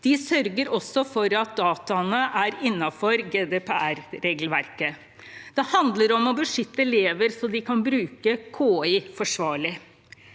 De sørger også for at dataene er innafor GDPR-regelverket. Det handler om å beskytte elever så de kan bruke KI forsvarlig.